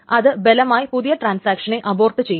അത് ബലമായി പുതിയ ട്രാൻസാക്ഷനെ അബോർട്ടു ചെയ്യും